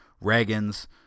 Reagan's